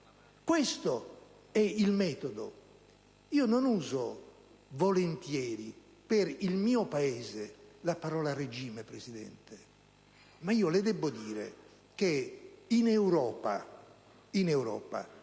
Questo è il metodo. Io non uso volentieri per il mio Paese la parola «regime», signor Presidente, ma le debbo dire che in Europa e nelle